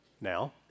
now